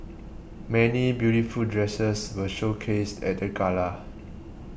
many beautiful dresses were showcased at the gala